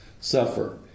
suffer